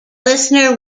listener